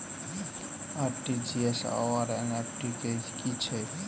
RTGS आओर NEFT की छैक?